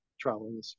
traveling